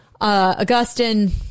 Augustine